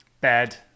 Bed